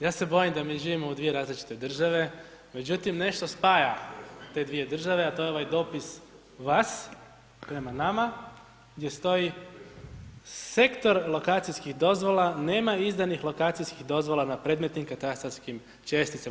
Ja se bojim da mi živimo u dvije različite države, međutim, nešto spaja te dvije države, a to je ovaj dopis vas prema nama gdje stoji, sektor lokacijskih dozvola nemaju izdanih lokacijskih dozvola na predmetnim katastarskim česticama.